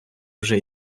вже